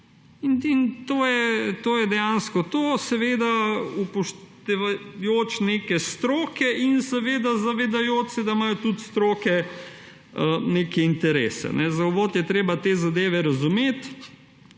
In to je dejansko to, seveda upoštevajoč neke stroke in zavedajoč se, da imajo tudi stroke neke interese. Za uvod je treba te zadeve razumeti.